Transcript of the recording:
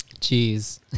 Jeez